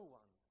one